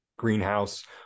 greenhouse